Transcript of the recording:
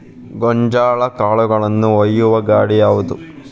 ಗೋಂಜಾಳ ಕಾಳುಗಳನ್ನು ಒಯ್ಯುವ ಗಾಡಿ ಯಾವದು?